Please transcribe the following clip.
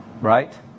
right